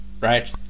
right